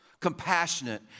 compassionate